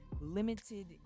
limited